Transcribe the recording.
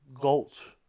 gulch